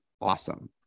awesome